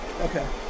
Okay